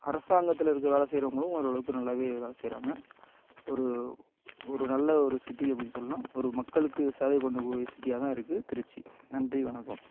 அரசாங்கத்தில் இருக்க வேலை செய்யறவங்களும் ஓரளவுக்கு நல்லாவே வேலை செய்யறாங்க ஒரு ஒரு நல்ல ஒரு சிட்டி அப்படின்னு சொல்லலாம் ஒரு மக்களுக்கு சேவை பண்ணக்கூடிய சிட்டியாகதான் இருக்கு திருச்சி நன்றி வணக்கம்